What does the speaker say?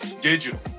Digital